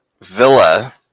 Villa